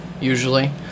usually